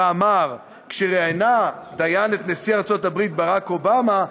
ואמר שכשראיינה דיין את נשיא ארצות-הברית ברק אובמה,